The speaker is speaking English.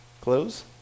Close